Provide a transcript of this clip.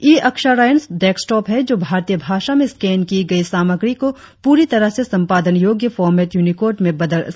ई Aksharayan desktop है जो भारतीय भाषा में स्कैन की गई सामग्री को प्ररी तरह से संपादन योग्य फॉरमेट यूनिकोड में बदल सकता है